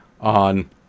on